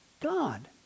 God